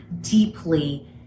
deeply